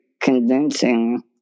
convincing